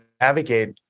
navigate